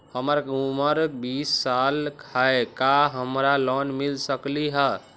हमर उमर बीस साल हाय का हमरा लोन मिल सकली ह?